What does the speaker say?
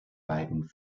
beiden